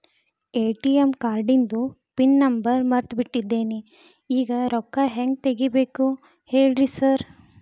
ATM ಕಾರ್ಡಿಂದು PIN number ಮರ್ತ್ ಬಿಟ್ಟಿದೇನಿ ಈಗ ರೊಕ್ಕಾ ಹೆಂಗ್ ತೆಗೆಬೇಕು ಹೇಳ್ರಿ ಸಾರ್